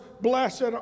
blessed